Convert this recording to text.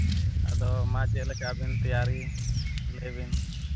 ᱟᱫᱚ ᱢᱟ ᱪᱮᱫ ᱞᱮᱠᱟ ᱟᱹᱵᱤᱱ ᱛᱮᱭᱟᱨᱤ ᱞᱟᱹᱭ ᱵᱤᱱ